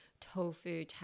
tofu